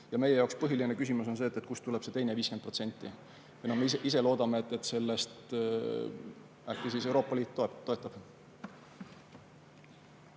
Ja meie jaoks põhiline küsimus on see, kust tuleb see teine 50%. Me ise loodame, et äkki siis Euroopa Liit toetab.